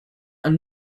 and